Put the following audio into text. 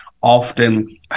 often